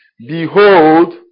Behold